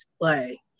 play